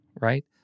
right